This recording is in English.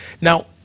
Now